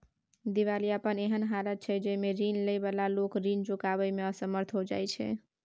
दिवालियापन एहन हालत छइ जइमे रीन लइ बला लोक रीन चुकाबइ में असमर्थ हो जाइ छै